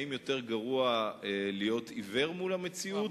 האם יותר גרוע להיות עיוור מול המציאות